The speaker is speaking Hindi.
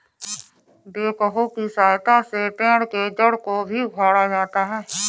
बेक्हो की सहायता से पेड़ के जड़ को भी उखाड़ा जाता है